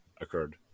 occurred